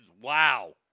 Wow